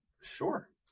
sure